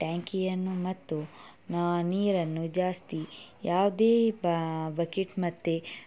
ಟ್ಯಾಂಕಿಯನ್ನು ಮತ್ತು ನಾ ನೀರನ್ನು ಜಾಸ್ತಿ ಯಾವುದೇ ಬಕೆಟ್ ಮತ್ತು